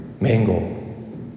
mango